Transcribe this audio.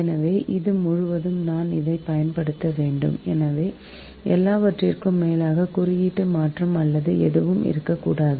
எனவே இது முழுவதும் நான் இதைப் பயன்படுத்த வேண்டும் எனவே எல்லாவற்றிற்கும் மேலாக குறியீட்டு மாற்றம் அல்லது எதுவும் இருக்கக்கூடாது